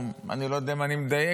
אני לא יודע אם אני מדייק,